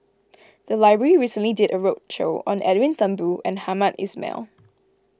the library recently did a roadshow on Edwin Thumboo and Hamed Ismail